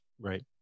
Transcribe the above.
Right